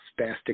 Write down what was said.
spastic